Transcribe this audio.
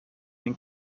den